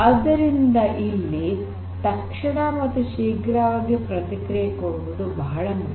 ಆದ್ದರಿಂದ ಇಲ್ಲಿ ತಕ್ಷಣ ಮತ್ತು ಶೀಘ್ರವಾಗಿ ಪ್ರತಿಕ್ರಿಯೆ ಕೊಡುವುದು ಬಹಳ ಮುಖ್ಯ